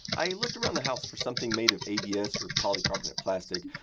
i looked around the house for something made of abs or polycarbonate plastic,